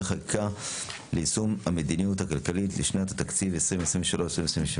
חקיקה ליישום המדיניות הכלכלית לשנות התקציב 2023 ו-2024),